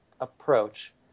approach